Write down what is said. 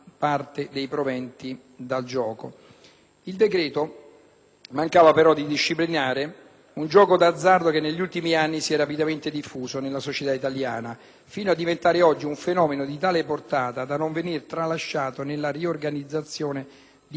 mancava però di disciplinare un gioco d'azzardo che negli ultimi anni si è rapidamente diffuso nella società italiana fino a diventare oggi un fenomeno di tale portata da non poter essere tralasciato nella riorganizzazione di materie definite come urgenti per il loro impatto diretto sulla società.